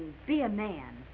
and be a man